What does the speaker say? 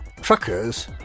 Truckers